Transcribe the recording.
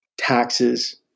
taxes